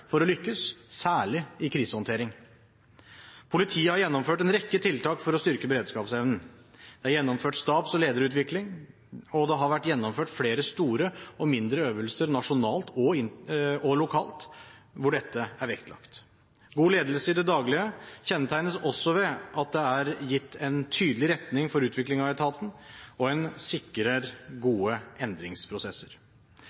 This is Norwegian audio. for å lykkes, særlig i krisehåndtering. Politiet har gjennomført en rekke tiltak for å styrke beredskapsevnen. Det er gjennomført stabs- og lederutvikling, og det har vært gjennomført flere store og mindre øvelser nasjonalt og lokalt, hvor dette er vektlagt. God ledelse i det daglige kjennetegnes også ved at det er gitt en tydelig retning for utvikling av etaten, og